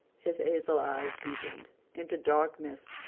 his hazel eyes deepened into darkness,